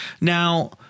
Now